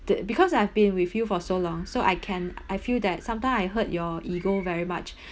the because I've been with you for so long so I can I feel that sometimes I hurt your ego very much